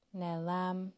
nelam